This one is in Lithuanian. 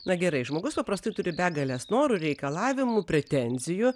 na gerai žmogus paprastai turi begales norų reikalavimų pretenzijų